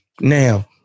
Now